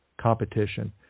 competition